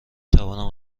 توانم